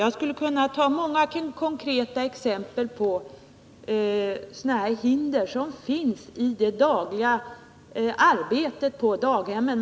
Jag skulle kunna ta många konkreta exempel på sådana här hinder i det dagliga arbetet på daghemmen.